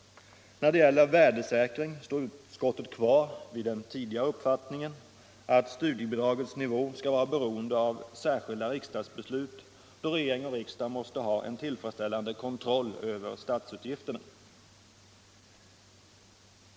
När det gäller värdesäkring står utskottet kvar vid den tidigare uppfattningen, att studiebidragets nivå skall vara beroende av särskilda riksdagsbeslut, då regering och riksdag måste ha en tillfredsställande kontroll över statsutgifterna.